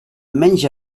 menys